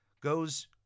Goes